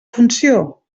funció